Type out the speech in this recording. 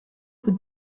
für